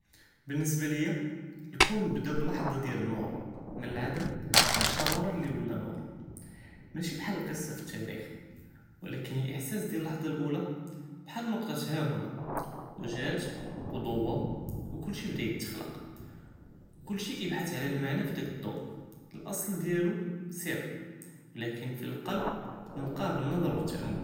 בלנסבה, ליא אלכון בדה בלחזה דיאל אלנור מן אלעדם כחאל אלשררה אלי וולה נור משי כחאל אלקיסה פאתתאר, ולקין אלהסאס דיאל אלאחזה אלאולא, כחאל נקطه האנה וג'את ו דווה ו כלשי בדה יתג'לוק, כלשי בדה יבחת' על אלמענה פדאק אלד'וואא, אלאסל דיאלוה סר ולקין פי אללבב נלקאה ב אלנظر ו אלתעמול.